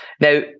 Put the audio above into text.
Now